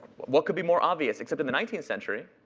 what could be more obvious? except in the nineteenth century,